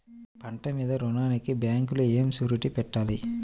పంట మీద రుణానికి బ్యాంకులో ఏమి షూరిటీ పెట్టాలి?